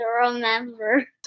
remember